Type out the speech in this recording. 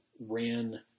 ran